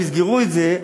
אם יסגרו את זה,